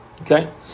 Okay